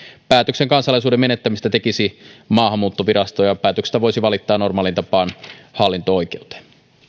päätöksen kansalaisuuden menettämisestä tekisi maahanmuuttovirasto ja päätöksestä voisi valittaa normaaliin tapaan hallinto oikeuteen